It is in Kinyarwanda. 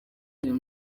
iyo